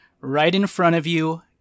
right-in-front-of-you